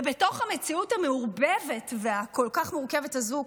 ובתוך המציאות המעורבבת והמורכבת כל כך הזו,